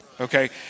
okay